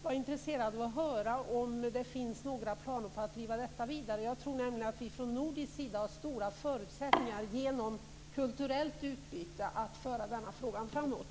Finns det några planer på att driva detta vidare? Jag tror nämligen att vi från nordisk sida har goda förutsättningar att genom kulturellt utbyte föra frågan framåt.